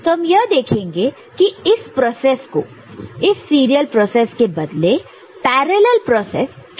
तो हम यह देखेंगे कि इस प्रोसेस को सीरियल प्रोसेस के बदले पैरॅलल् प्रोसेस कैसे कर सकते हैं